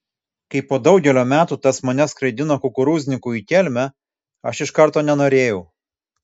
kai po daugelio metų tas mane skraidino kukurūzniku į kelmę aš iš karto nenorėjau